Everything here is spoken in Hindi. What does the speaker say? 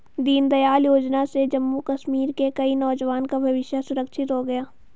दीनदयाल योजना से जम्मू कश्मीर के कई नौजवान का भविष्य सुरक्षित हो गया